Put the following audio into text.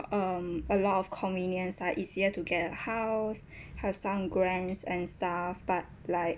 um a lot of convenience like easier to get a house have some grants and stuff but like